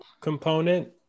component